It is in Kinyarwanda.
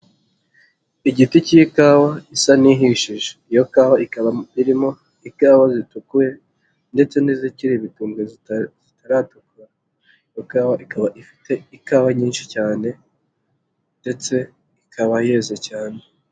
Igiti cy'ikawa isa n'ihishije, iyo kawa ikaba irimo ikawa zitukuye ndetse n'izikiri ibitumbe zitaratukura ikawa ikaba ifite ikawa nyinshi cyane ndetse ikaba yeze cyane.